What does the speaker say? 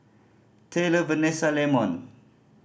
Taylor Venessa Leamon